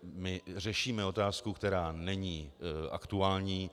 My řešíme otázku, která není aktuální.